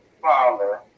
Father